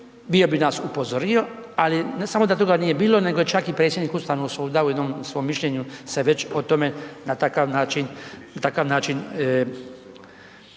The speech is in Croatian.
bio bi nas upozorio, ali ne samo da toga nije bilo nego je čak i predsjednik Ustavnog suda u jednom svom mišljenju se već o tome na takav način,